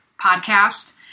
podcast